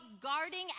guarding